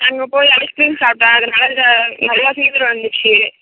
அங்கே போய் ice cream சாப்பிட்டேன் அதனால எனக்கு நல்லா ஃபீவர் வந்துருச்சு